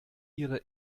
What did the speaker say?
ihre